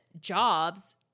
jobs